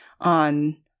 on